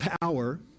power